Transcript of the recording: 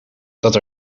dat